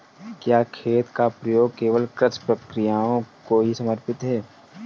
क्या खेत का प्रयोग केवल कृषि प्रक्रियाओं को ही समर्पित है?